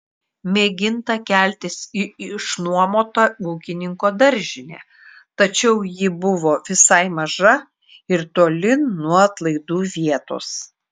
mėginta keltis į išnuomotą ūkininko daržinę tačiau ji buvo visai maža ir toli nuo atlaidų vietos